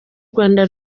rwanda